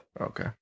Okay